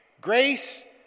grace